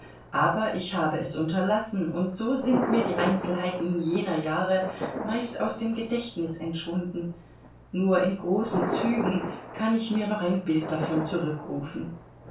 aber ich habe es unterlassen und so sind mir die einzelheiten jener jahre meist aus dem gedächtnis entschwunden nur in großen zügen kann ich mir noch ein bild davon zurückrufen